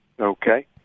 Okay